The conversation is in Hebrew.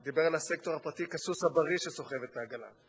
דיבר על הסקטור הפרטי כ"סוס הבריא שסוחב את העגלה".